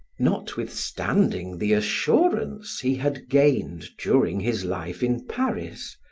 notwithstanding the assurance he had gained during his life in paris,